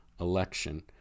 election